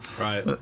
Right